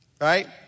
Right